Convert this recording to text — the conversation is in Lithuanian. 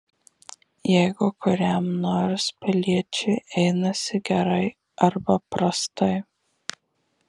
jeigu kuriam nors piliečiui einasi gerai arba prastai